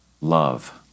love